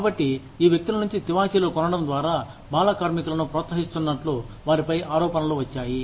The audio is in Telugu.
కాబట్టి ఈ వ్యక్తుల నుంచి తివాచీలు కొనడం ద్వారా బాల కార్మికులను ప్రోత్సహిస్తున్నట్లు వారిపై ఆరోపణలు వచ్చాయి